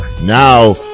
Now